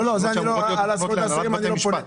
אלה שאלות שאמורות להיות מופנות להנהלת בתי המשפט.